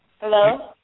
Hello